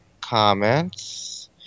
comments